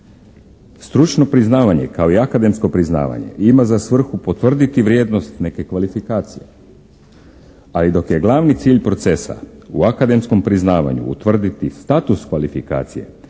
Stručno priznavanje kao i akademsko priznavanje ima za svrhu potvrditi vrijednost neke kvalifikacije, a i dok je glavni cilj procesa u akademskom priznavanju utvrditi status kvalifikacije,